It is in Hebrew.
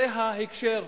זה ההקשר.